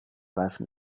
reifen